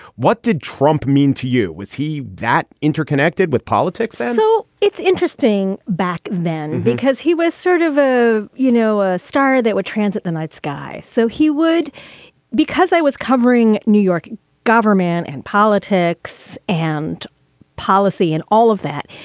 what did trump mean to you? was he. that interconnected with politics? so it's interesting back then because he was sort of a, you know, a star that would transit the night sky. so he would because i was covering new york in government and politics and policy and all of that,